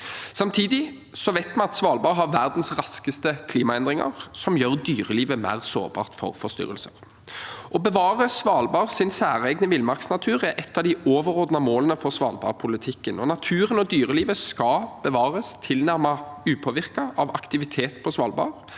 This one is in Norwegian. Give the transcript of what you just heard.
Samtidig vet vi at Svalbard har verdens raskeste klimaendringer, som gjør dyrelivet mer sårbart for forstyrrelser. Å bevare Svalbards særegne villmarksnatur er et av de overordnede målene for svalbardpolitikken. Naturen og dyrelivet skal bevares tilnærmet upåvirket av aktivitet på Svalbard,